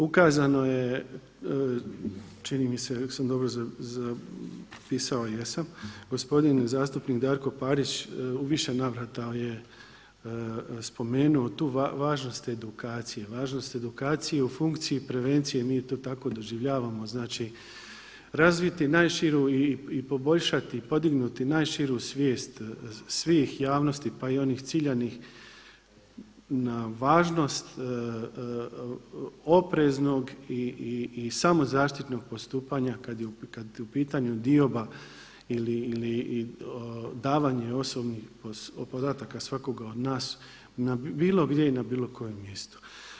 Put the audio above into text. Ukazano je čini mise ako sam dobro zapisao, a jesam, gospodin zastupnik Darko Parić u više navrata je spomenuo tu važnost edukacije, važnost edukacije u funkciji prevencije i mi ju tu tako doživljavamo, znači razviti najširu i poboljšati i podignuti najširu svijest svih javnosti pa i onih ciljanih na važnost opreznog i samo zaštitnog postupanja kada je u pitanju dioba ili davanja osobnih podataka svakoga od nas na bilo gdje i na bilo kojem mjestu.